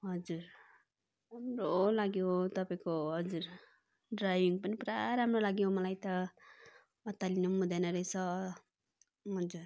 हजुर राम्रो लाग्यो तपाईँको हजुर ड्राइभिङ पनि पुरा राम्रो लाग्यो मलाई त अतालिनु हुँदैन रहेछ हजुर